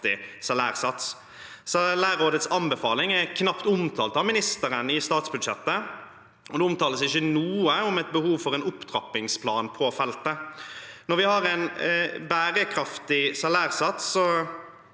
salærsats. Salærrådets anbefaling er knapt omtalt av ministeren i statsbudsjettet, og det tales ikke noe om et behov for en opptrappingsplan på feltet. Når vi ikke har en bærekraftig salærsats,